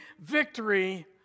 victory